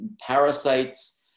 parasites